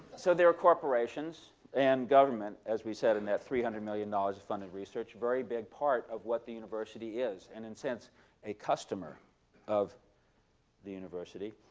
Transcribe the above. so there are corporations and government, as we said, in that three hundred million dollars of funded research. a very big part of what the university is, and in sense a customer of the university.